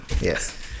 Yes